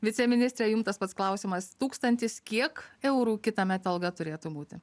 viceministre jum tas pats klausimas tūkstantis kiek eurų kitąmet alga turėtų būti